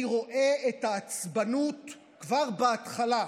אני רואה את העצבנות כבר בהתחלה.